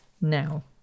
now